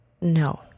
No